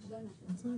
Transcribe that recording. מבחינת נוסח,